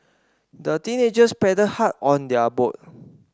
the teenagers paddled hard on their boat